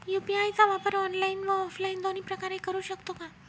UPI चा वापर online व ऑफलाईन दोन्ही प्रकारे करु शकतो का?